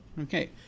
Okay